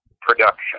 production